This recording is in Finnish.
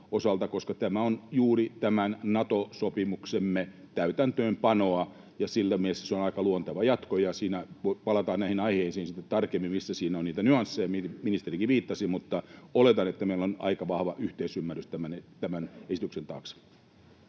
koska tämä on juuri tämän Nato-sopimuksemme täytäntöönpanoa, ja siinä mielessä se on aika luonteva jatko. Palataan näihin aiheisiin sitten tarkemmin, missä siinä on niitä nyansseja, mihin ministerikin viittasi, mutta oletan, että meillä on aika vahva yhteisymmärrys tämän esityksen taakse.